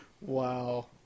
Wow